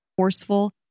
forceful